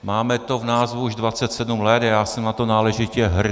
Máme to v názvu už 27 let a já jsem na to náležitě hrdý.